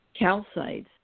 calcites